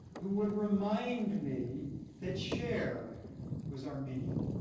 who would remind me that cher was armenian.